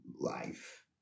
life